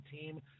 team